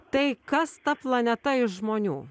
tai kas ta planeta iš žmonių